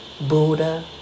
Buddha